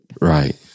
Right